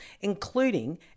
including